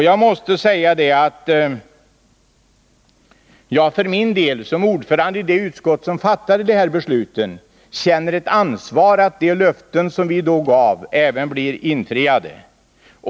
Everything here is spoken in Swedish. Jag måste säga att jag för min del som ordförande i det utskott som fattade dessa beslut känner ett ansvar för att de löften vi då gav också blir infriade.